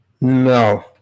No